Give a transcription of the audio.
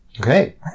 Okay